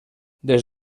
des